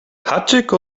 haczyk